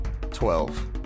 twelve